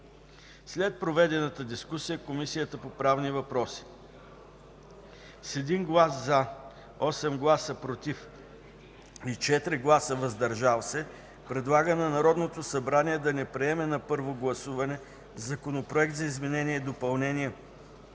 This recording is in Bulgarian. След проведената дискусия, Комисията по правни въпроси: - с 1 глас „за”, 8 гласа „против” и 4 гласа „въздържали се”, предлага на Народното събрание да не приеме на първо гласуване Законопроект за изменение и допълнение